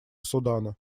судана